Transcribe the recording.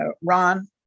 Ron